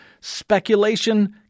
speculation